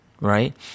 right